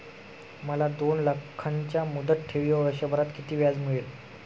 मला दोन लाखांच्या मुदत ठेवीवर वर्षभरात किती व्याज मिळेल?